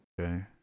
Okay